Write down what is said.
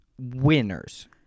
Winners